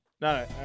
no